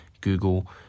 Google